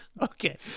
Okay